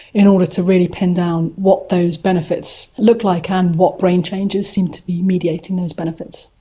in order to really pin down what those benefits look like and what brain changes seem to be mediating those benefits.